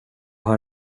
har